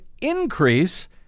increase